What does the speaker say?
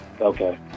Okay